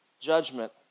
judgment